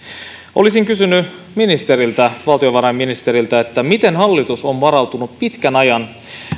olisin kysynyt valtiovarainministeriltä miten hallitus on varautunut pitkän ajan